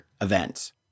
events